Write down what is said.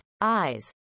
eyes